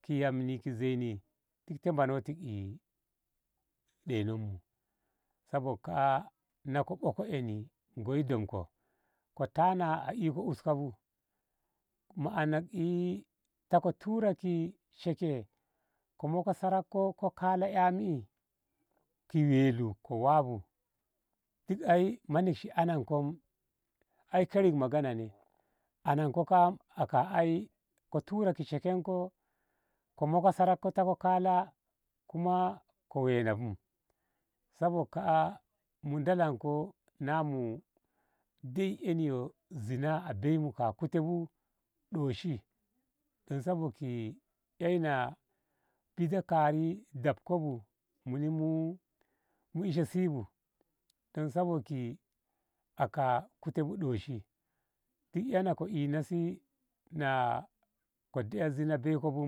Ki yamni ki zeini kit ka manoti deinok mu sabok ka. a na ka ɓoka enik ngoi domko ko tana a ina uska bu ma. anar e ta ko tura ki sheke ko moka saratko ko kala ei ki elum ko wabu duk ai manakshi ananko ai karin magana ne ananko ka. a aka ai ko turak shekenko ko maka saranko ko ta kala ko wenabu sabok ka. a mu dolanko na mu dei eni zinah abei mu ka kute bu ɗoshi don sabok eina dida kari dafko bu muni mu ise si bu don sabok aka kute bu ɗoshi duk ye na ka ina ko dei zinah bei ko bu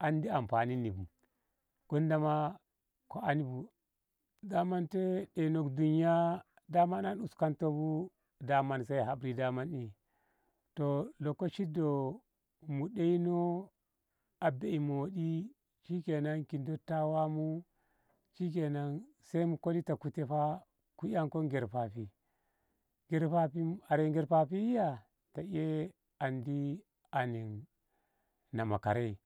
andi anfaninni bu gonda ma ko ani bu dama te ɗeinok duniya dama an uskantun bu dama sai habri toh lokoci jo mu ɗeino a bei moɗi shikenan ki dottawanmu shikenan sai mu kolan ko ta kute fa ku yan ngerfafi ngerfafi are ngerfafi yiya ta e andi ana nama karai.